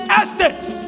estates